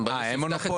מה הם מונופול?